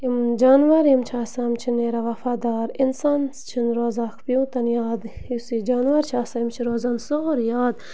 یِم جانوَر یِم چھِ آسان یِم چھِ نیران وَفادار اِنسانَس چھِنہٕ روزان اَکھ پیوٗنٛت تِنہٕ یاد یُس یہِ جانوَر چھِ آسان أمِس چھِ روزان سورٕے یاد